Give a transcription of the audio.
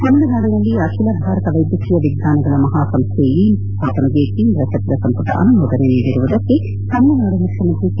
ತಮಿಳುನಾಡಿನಲ್ಲಿ ಅಬಿಲ ಭಾರತ ವೈದ್ಯಕೀಯ ವಿಜ್ವಾನಗಳ ಮಹಾಸಂಸ್ವೆ ವಿಮ್ಸ್ ಸ್ವಾಪನೆಗೆ ಕೇಂದ್ರ ಸಚಿವ ಸಂಪುಟ ಅನುಮೋದನೆ ನೀಡಿರುವುದಕ್ಕೆ ತಮಿಳುನಾಡು ಮುಖ್ಯಮಂತ್ರಿ ಕೆ